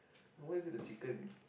no why is it a chicken